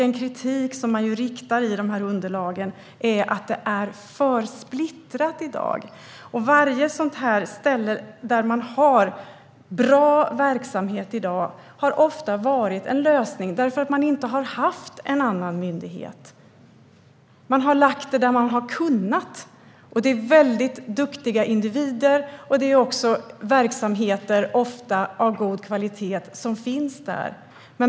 En kritik som man riktar i underlagen är att det i dag är för splittrat. Varje ställe där man i dag har bra verksamhet har ofta varit en lösning därför att man inte har haft en annan myndighet. Man har lagt det där man har kunnat. Det är väldigt duktiga individer, och det är också ofta verksamheter av god kvalitet som finns där.